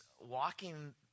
walking